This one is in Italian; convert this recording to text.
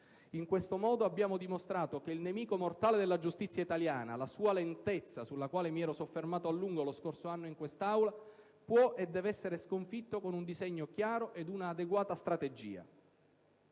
In questo modo abbiamo dimostrato che il nemico mortale della giustizia italiana - la sua lentezza - sul quale mi ero soffermato a lungo lo scorso anno in quest'Aula può e deve essere sconfitto con un disegno chiaro ed un'adeguata strategia.